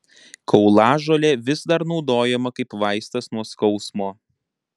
kaulažolė vis dar naudojama kaip vaistas nuo skausmo